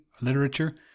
literature